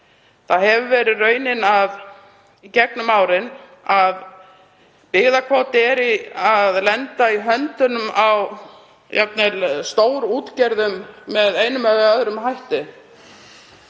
Það hefur verið raunin í gegnum árin að byggðakvóti er jafnvel að lenda í höndunum á stórútgerðum með einum eða öðrum hætti.